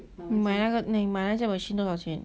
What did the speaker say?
你买那个 machine 多少钱